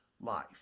life